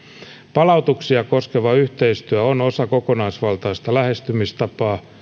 palautuksia koskeva yhteistyö on osa kokonaisvaltaista lähestymistapaa